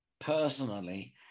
personally